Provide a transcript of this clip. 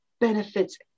benefits